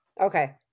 Okay